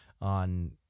on